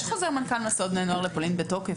יש חוזר מנכ"ל מסעות בני נוער לפולין בתוקף.